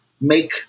make